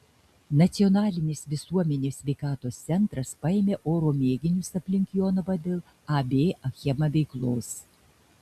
nacionalinis visuomenės sveikatos centras paėmė oro mėginius aplink jonavą dėl ab achema veiklos